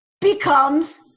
becomes